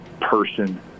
person